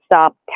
stop